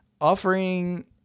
Offering